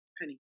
Penny